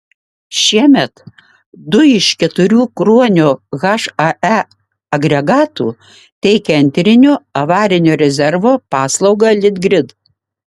šiemet du iš keturių kruonio hae agregatų teikia antrinio avarinio rezervo paslaugą litgrid